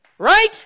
Right